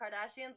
Kardashians